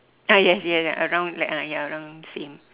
ah yes yes yes around like ah ya around same